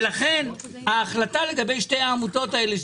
לכן ההחלטה לגבי שתי העמותות האלה,